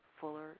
Fuller